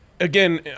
Again